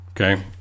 okay